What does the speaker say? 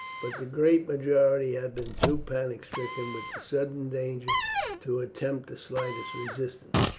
but the great majority had been too panic stricken with the sudden danger to attempt the slightest resistance.